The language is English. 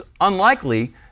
unlikely